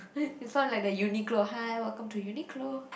you sound like the Uniqlo hi welcome to Uniqlo